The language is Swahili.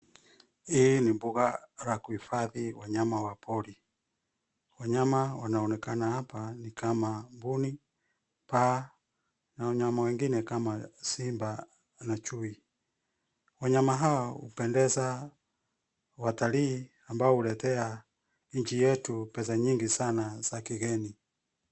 Hii ni mbuga la kuhifadhi wanyama wa pori, wanyama wanaonekana hapa ni kama, mbuni, paa na wanyama wengine kama simba na chui. Wanyama hao hupendeza watalii ambao huletea nchi yetu pesa nyingi sana za kigeni.